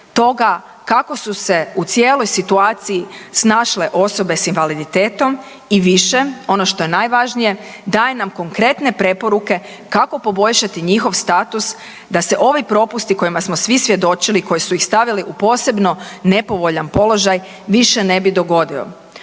toga kako su se u cijeloj situaciji snašle osobe s invaliditetom i više ono što je najvažnije daje nam konkretne preporuke kako poboljšati njihov status da se ovi propusti kojima smo svi svjedočili koji su ih stavili u posebno nepovoljan položaj više ne bi dogodili.